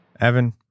Evan